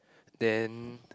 then